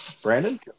Brandon